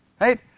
Right